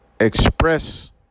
Express